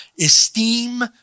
esteem